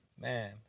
Man